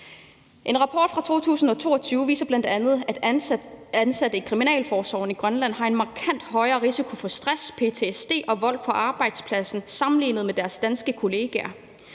En rapport fra 2022 viser bl.a., at ansatte i kriminalforsorgen i Grønland har en markant højere risiko for stress, ptsd og vold på arbejdspladsen sammenlignet med deres danske kolleger.